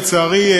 לצערי,